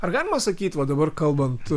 ar galima sakyti va dabar kalbant